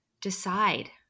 decide